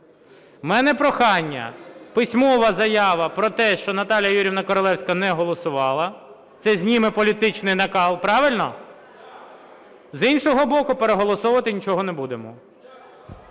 В мене прохання. Письмова заява про те, що Наталія Юріївна Королевська не голосувала. Це зніме політичний накал, правильно? З іншого боку, переголосовувати нічого не будемо.